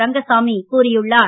ரங்கசாமி கூறியுள்ளார்